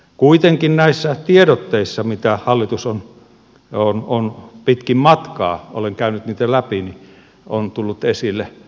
kuitenkin näissä tiedotteissa mitä hallitus on pitkin matkaa julkaissut olen käynyt niitä läpi pääministerin rooli on tullut esille